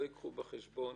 לא יביאו בחשבון